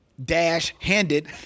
dash-handed